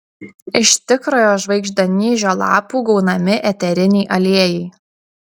iš tikrojo žvaigždanyžio lapų gaunami eteriniai aliejai